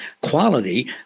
quality